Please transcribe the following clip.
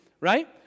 right